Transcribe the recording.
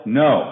no